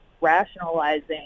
rationalizing